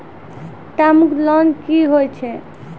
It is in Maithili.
टर्म लोन कि होय छै?